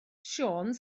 siôn